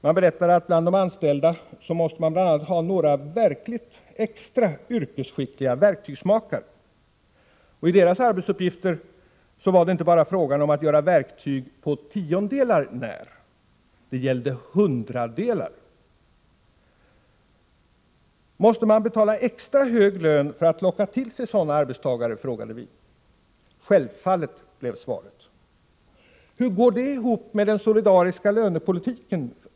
Man berättade att bland de anställda måste man bl.a. ha några extra yrkesskickliga verktygsmakare. I deras arbetsuppgifter var det inte bara fråga om att göra verktyg på tiondelar när. Det gällde hundradelar. Måste man betala extra hög lön för att locka till sig sådana arbetstagare? frågade vi. Självfallet, blev svaret. Hur går det ihop med den solidariska lönepolitiken?